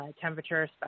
temperature